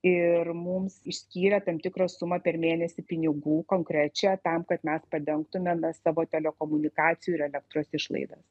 ir mums išskyrė tam tikrą sumą per mėnesį pinigų konkrečią tam kad mes padengtumėme savo telekomunikacijų ir elektros išlaidas